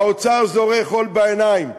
האוצר זורה חול בעיניים.